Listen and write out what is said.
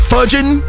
Fudging